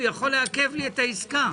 הוא יכול לעכב לי את העסקה.